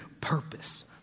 purpose